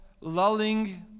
lulling